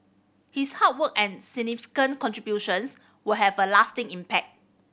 his hard work and significant contributions will have a lasting impact